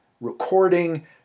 recording